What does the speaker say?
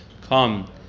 come